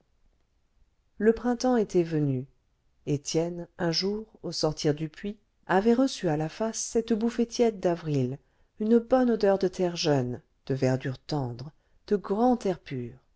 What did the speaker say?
le printemps était venu étienne un jour au sortir du puits avait reçu à la face cette bouffée tiède d'avril une bonne odeur de terre jeune de verdure tendre de grand air pur